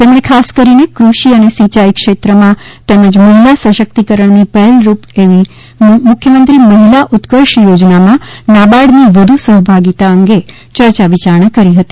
તેમણે ખાસ કરીને કૃષિ અને સિંચાઇ ક્ષેત્રમાં તેમજ મહિલા સશક્તિકરણની પહેલરૂપ એવી મુખ્યમંત્રી મહિલા ઉત્કર્ષ યોજનામાં નાબાર્ડની વધુ સહભાગીતા અંગે ચર્ચા વિચારણા કરી હતી